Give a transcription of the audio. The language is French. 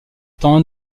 temps